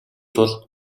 тул